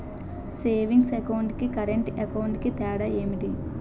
Savings account కి current account కి తేడా ఏమిటి?